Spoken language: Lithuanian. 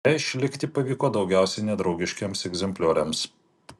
deja išlikti pavyko daugiausiai nedraugiškiems egzemplioriams